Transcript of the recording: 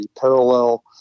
parallel